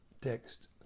Text